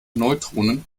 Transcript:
neutronen